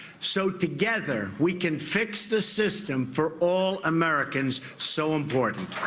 so together we can fix the system for all americans, so important.